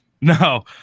No